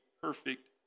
perfect